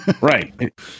Right